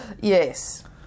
Yes